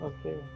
Okay